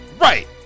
Right